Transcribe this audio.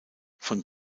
von